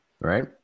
Right